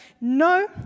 No